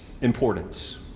importance